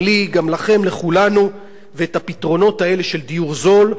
ואת הפתרונות האלה של דיור זול צריך לתת לכלל האוכלוסייה.